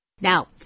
Now